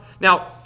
now